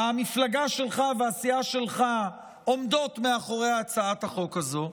המפלגה שלך והסיעה שלך עומדות מאחורי הצעת החוק הזו.